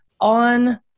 on